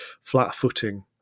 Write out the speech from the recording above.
flat-footing